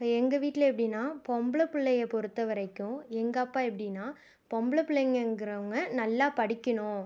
இப்போ எங்கள் வீட்டில் எப்படின்னா பொம்பளை பிள்ளையை பொருத்த வரைக்கும் எங்கள் அப்பா எப்படின்னால் பொம்பளை பிள்ளைங்கங்கறவங்க நல்லா படிக்கணும்